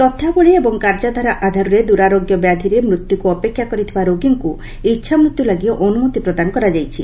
ତଥ୍ୟବଳୀ ଏବଂ କାର୍ଯ୍ୟଧାରା ଆଧାରରେ ଦୂରାରୋଗ୍ୟ ବ୍ୟାଧିରେ ମୃତ୍ୟୁକୁ ଅପେକ୍ଷା କରିଥିବା ରୋଗୀଙ୍କୁ ଇଚ୍ଛାମୃତ୍ୟୁ ଲାଗି ଅନୁମତି ପ୍ରଦାନ କରାଯାଇଛି